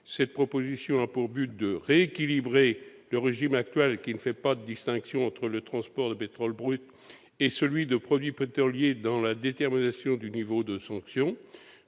couverture. Il a pour objet de rééquilibrer le régime actuel, qui ne fait pas de distinction entre le transport de pétrole brut et celui des produits pétroliers dans la détermination du niveau de sanction,